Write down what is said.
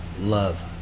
love